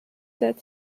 that